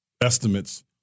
estimates